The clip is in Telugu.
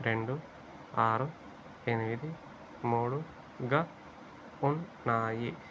రెండు ఆరు ఎనిమిది మూడుగా ఉన్నాయి